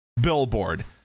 billboard